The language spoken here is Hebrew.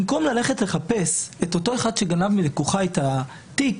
במקום ללכת לחפש את אותו אחד שגנב מלקוחה את התיק,